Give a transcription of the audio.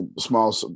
small